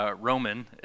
Roman